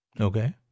Okay